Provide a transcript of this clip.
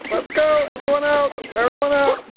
let's go, everyone out. um everyone out.